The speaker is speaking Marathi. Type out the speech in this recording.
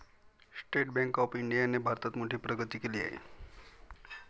स्टेट बँक ऑफ इंडियाने भारतात मोठी प्रगती केली आहे